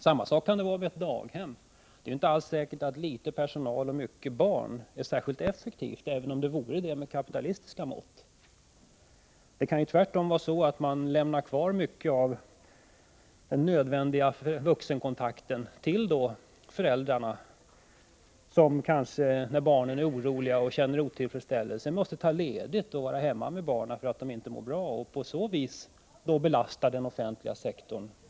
Samma sak kan gälla på daghem. Det är inte alls säkert att litet personal och mycket barn är särskilt effektivt, även om det vore det med kapitalistiska mått. Det kan tvärtom vara så att man lämnar över mycket av den nödvändiga vuxenkontakten till föräldrarna som, när barnen är oroliga och känner otillfredsställelse, måste ta ledigt och vara hemma med barnen för att barnen inte mår bra och på det sättet belastar den offentliga sektorn.